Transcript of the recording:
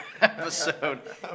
episode